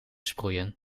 sproeien